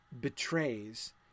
betrays